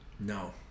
No